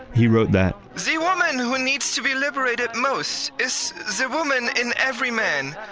he wrote that the woman who needs to be liberated most is the woman in every man,